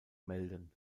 melden